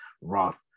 Roth